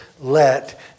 let